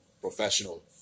professional